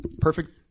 perfect